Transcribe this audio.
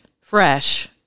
fresh